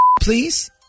please